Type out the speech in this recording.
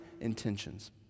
intentions